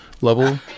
level